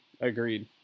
Agreed